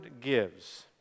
gives